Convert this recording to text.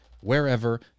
wherever